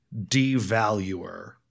devaluer